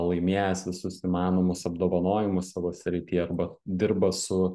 laimėjęs visus įmanomus apdovanojimus savo srityje arba dirba su